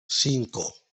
cinco